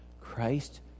Christ